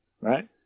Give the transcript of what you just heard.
right